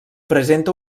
presenta